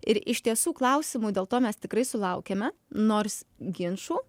ir iš tiesų klausimų dėl to mes tikrai sulaukiame nors ginčų